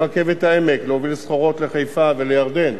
לרכבת העמק, להוביל סחורות לחיפה ולירדן,